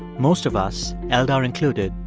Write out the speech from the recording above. most of us, eldar included,